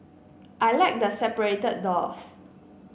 I like the separated doors